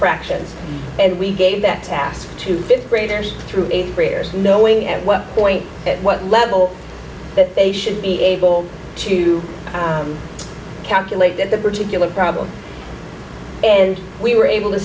brackets and we gave that task to fifth graders through eighth graders knowing at what point at what level that they should be able to calculate that the particular problem and we were able to